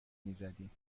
میزدیم